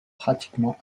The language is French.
pratiquement